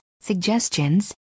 suggestions